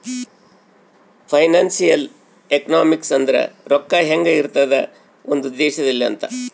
financial economics ಅಂದ್ರ ರೊಕ್ಕ ಹೆಂಗ ಇರ್ತದ ಒಂದ್ ದೇಶದಲ್ಲಿ ಅಂತ